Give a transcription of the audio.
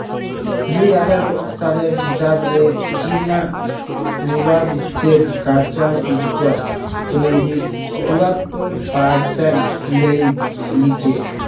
দুই হাজার পাঁচ সালের হিসাব রে চীন পুরা বিশ্বের কাচা সিল্ক তইরির চুয়াত্তর পারসেন্ট লেই লিচে